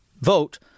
vote